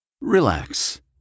Relax